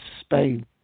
Spain